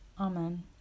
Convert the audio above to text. Amen